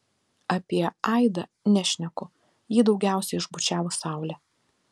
apie aidą nešneku jį daugiausiai išbučiavo saulė